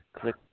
click